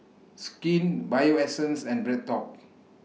Skin Bio Essence and BreadTalk